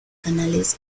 canales